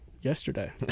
yesterday